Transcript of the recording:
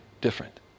different